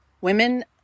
women